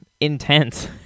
intense